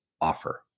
offer